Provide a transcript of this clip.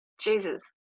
Jesus